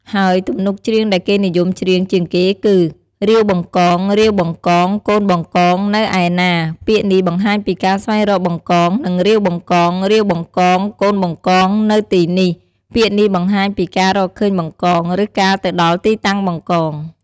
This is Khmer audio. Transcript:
ហើយទំនុកច្រៀងដែលគេនិយមច្រៀងជាងគេគឺ រាវបង្កង រាវបង្កង កូនបង្កងនៅឯណា? ពាក្យនេះបង្ហាញពីការស្វែងរកបង្កង និង រាវបង្កង រាវបង្កង កូនបង្កងនៅទីនេះ! ពាក្យនេះបង្ហាញពីការរកឃើញបង្កង ឬការទៅដល់ទីតាំងបង្កង។